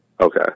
Okay